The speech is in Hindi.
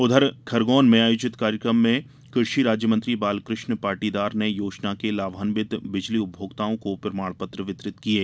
उधर खरगोन में आयोजित कार्यक्रम में कृषि राज्यमंत्री बालकृष्ण पाटीदार ने योजना के लाभान्वित बिजली उपभोक्ताओं को प्रमाण पत्र वितरित किये